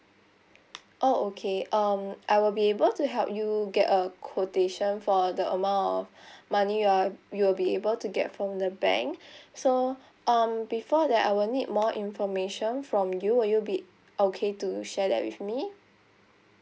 oh okay um I will be able to help you get a quotation for the amount of money you are you'll be able to get from the bank so um before that I will need more information from you will you be okay to share that with me